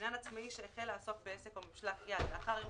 לעניין עצמאי שהחל לעסוק בעסק או במשלח יד לאחר יום